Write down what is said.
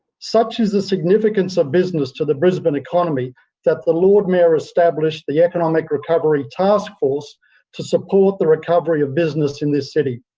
such is the significance of business to the brisbane economy that the lord mayor established the economic recovery taskforce to support the recovery of business in this city.